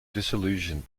disillusioned